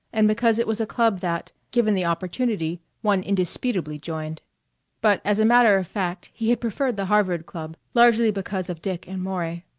and because it was a club that, given the opportunity, one indisputably joined but as a matter of fact he had preferred the harvard club, largely because of dick and maury.